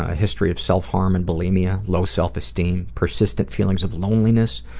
ah history of self-harm and bulimia, low self-esteem, persistent feelings of loneliness,